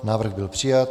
Návrh byl přijat.